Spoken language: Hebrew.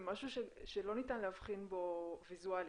זה משהו שלא ניתן להבחין בו ויזואלית,